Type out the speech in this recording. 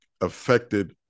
affected